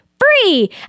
free